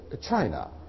China